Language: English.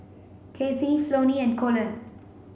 Kacey Flonnie and Colon